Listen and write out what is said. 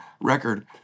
record